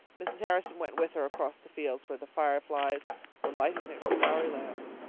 mrs. harrison went with her across the fields where the fireflies were lighting their starry lamps.